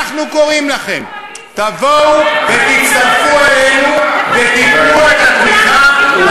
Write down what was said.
אראל, למה אתה לא מתייחס לשרים?